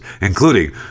including